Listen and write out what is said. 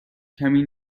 کمی